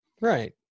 Right